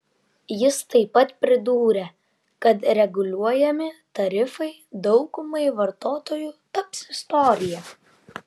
jis taip pat pridūrė kad reguliuojami tarifai daugumai vartotojų taps istorija